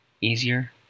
easier